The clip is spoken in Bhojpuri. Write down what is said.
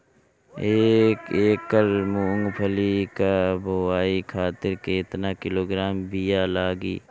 एक एकड़ मूंगफली क बोआई खातिर केतना किलोग्राम बीया लागी?